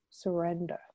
surrender